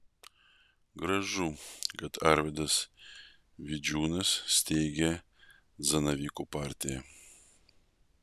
gražu kad arvydas vidžiūnas steigia zanavykų partiją